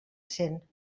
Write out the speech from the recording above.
cent